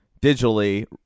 digitally